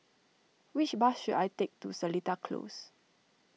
which bus should I take to Seletar Close